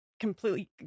completely